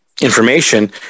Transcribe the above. information